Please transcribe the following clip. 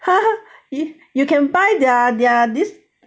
you you can buy their their this